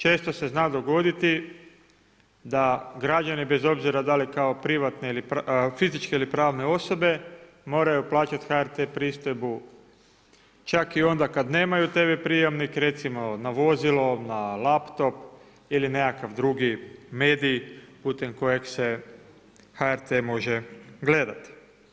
Često se zna dogoditi da građani bez obzira da li kao fizičke ili pravne osobe moraju plaćati HRT pristojbu čak i onda kad nemaju TV prijamnik, recimo na vozilo, na laptop ili nekakav drugi medij putem kojeg se HRT može gledati.